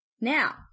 Now